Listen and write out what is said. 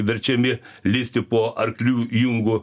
verčiami lįsti po arklių jungu